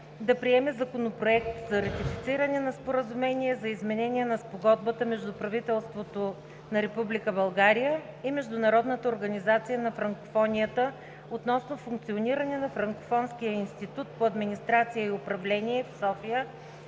да приеме Законопроект за ратифициране на Споразумение за изменение на Спогодбата между правителството на Република България и Международната организация на франкофонията относно функционирането на Франкофонския институт по администрация и управление в София,